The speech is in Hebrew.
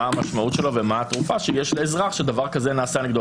מה המשמעות שלו ומה התרופה שיש לאזרח שדבר כזה נעשה נגדו.